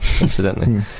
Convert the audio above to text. incidentally